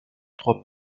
trois